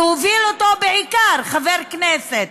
שהוביל בעיקר חבר כנסת,